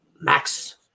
Max